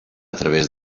través